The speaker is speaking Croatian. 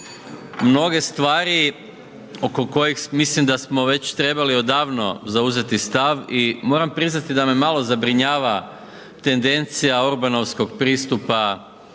mnoge stvari oko kojih mislim da smo već trebali odavno zauzeti stav i moram priznati da me malo zabrinjava tendencija orbanovskog pristupa